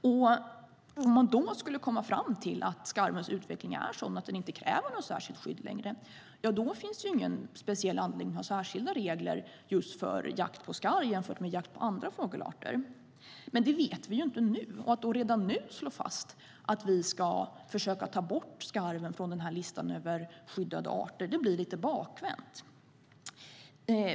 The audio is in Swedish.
Om man då skulle komma fram till att skarvens utveckling är sådan att den inte längre kräver något särskilt skydd finns det ingen anledning att ha särskilda regler just för jakt på skarv jämfört med jakt på andra fågelarter. Men det vet vi ju inte nu. Att då redan nu slå fast att vi ska försöka ta bort skarven från listan över skyddade arter blir lite bakvänt.